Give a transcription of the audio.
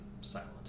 silent